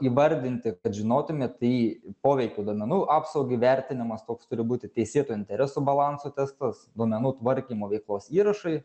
įvardinti kad žinotumėt tai poveikio duomenų apsaugai vertinimas toks turi būti teisėtų interesų balanso testas duomenų tvarkymo veiklos įrašai